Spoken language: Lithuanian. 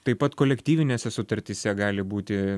taip pat kolektyvinėse sutartyse gali būti